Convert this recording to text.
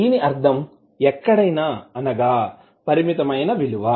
దీని అర్ధం ఎక్కడైనా అనగా పరిమితమైన విలువ